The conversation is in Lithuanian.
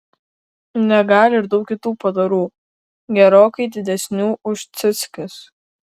negali ir daug kitų padarų gerokai didesnių už ciuckius